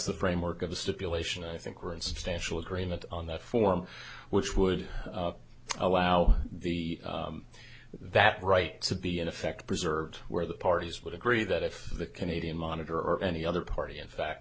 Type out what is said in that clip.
the framework of a stipulation i think we're instantiate agreement on that form which would allow the that right to be in effect preserved where the parties would agree that if the canadian monitor or any other party in fact